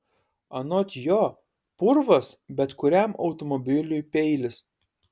anot jo purvas bet kuriam automobiliui peilis